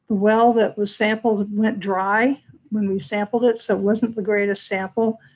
well that was sampled went dry when we sampled it, so it wasn't the greatest sample.